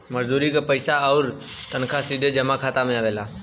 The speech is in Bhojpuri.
मजदूरी क पइसा आउर तनखा सीधे जमा खाता में आवला